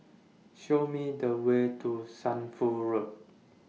Show Me The Way to Shunfu Road